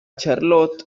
charlotte